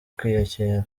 kwiyakira